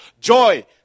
joy